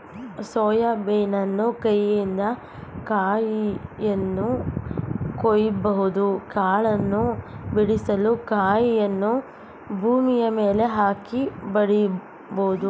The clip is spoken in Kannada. ಸೋಯಾ ಬೀನನ್ನು ಕೈಯಿಂದ ಕಾಯಿಯನ್ನು ಕೊಯ್ಯಬಹುದು ಕಾಳನ್ನು ಬಿಡಿಸಲು ಕಾಯಿಯನ್ನು ಭೂಮಿಯ ಮೇಲೆ ಹಾಕಿ ಬಡಿಬೋದು